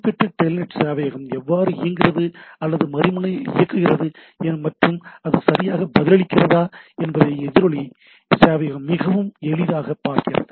குறிப்பிட்ட டெல்நெட் சேவையகம் எவ்வாறு இயங்குகிறது அல்லது மறுமுனையில் இயங்குகிறது மற்றும் அது சரியாக பதிலளிக்கிறதா என்பதைப் எதிரொலி சேவையகம் மிகவும் எளிதாக பார்க்கிறது